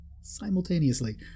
simultaneously